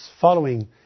following